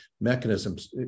mechanisms